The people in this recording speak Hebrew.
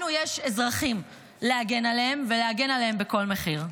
לנו יש אזרחים להגן עליהם, ולהגן עליהם בכל מחיר.